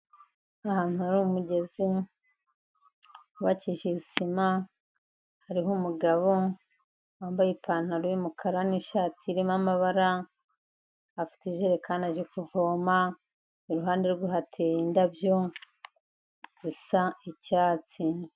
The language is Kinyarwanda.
Ahantu hari umugezi wubakishije sima, hariho umugabo wambaye ipantaro y'umukara n'ishati irimo amabara, afite ijerekani aje kuvoma, iruhande rwe hateye indabyo zisa icyatsi.